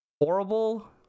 horrible